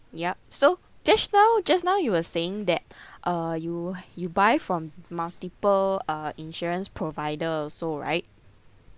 yup so just now just now you were saying that uh you you buy from multiple uh insurance provider also right